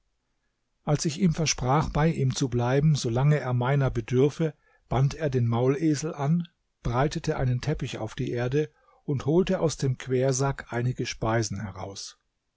als ich ihm versprach bei ihm zu bleiben so lange er meiner bedürfe band er den maulesel an breitete einen teppich auf die erde und holte aus dem quersack einige speisen heraus